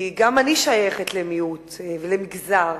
גם אני שייכת למיעוט ולמגזר